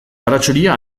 baratxuria